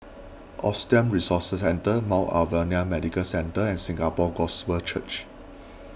Autism Resource Centre Mount Alvernia Medical Centre and Singapore Gospel Church